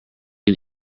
can